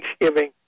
Thanksgiving